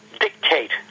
dictate